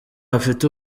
bafite